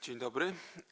Dzień dobry.